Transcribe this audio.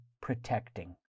protecting